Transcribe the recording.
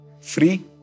free